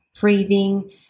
breathing